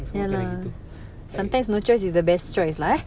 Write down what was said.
ya lah sometimes no choice is the best choice lah ha